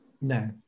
No